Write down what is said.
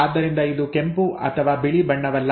ಆದ್ದರಿಂದ ಇದು ಕೆಂಪು ಅಥವಾ ಬಿಳಿ ಬಣ್ಣವಲ್ಲ